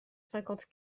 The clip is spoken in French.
cinquante